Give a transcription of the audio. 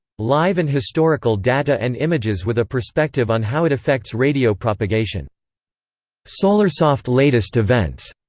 live and historical data and images with a perspective on how it affects radio propagation solarsoft latest events.